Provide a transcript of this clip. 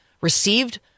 received